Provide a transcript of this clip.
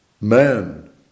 man